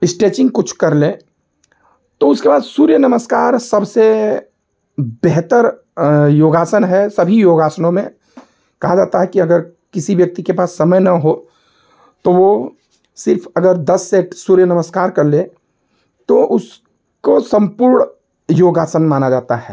stretching कुछ कर लें तो उसके बाद सूर्य नमस्कार सबसे बेहतर योगासन है सभी योगासनों में कहा जाता है कि अगर किसी व्यक्ति के पास समय ना हो तो वह सिर्फ़ अगर दस सेट सूर्य नमस्कार कर ले तो उसको संपूर्ण योगासन माना जाता है